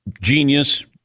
genius